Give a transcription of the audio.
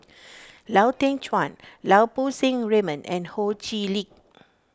Lau Teng Chuan Lau Poo Seng Raymond and Ho Chee Lick